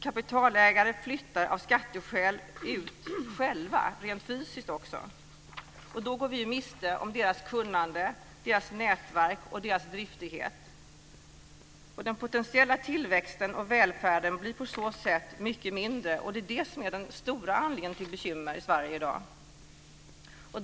Kapitalägare flyttar av skatteskäl ut själva rent fysiskt också, och då går vi miste om deras kunnande, deras nätverk och deras driftighet. Den potentiella tillväxten och välfärden blir på så sätt mycket mindre, och det är det som är den stora anledningen till bekymmer i Sverige i dag.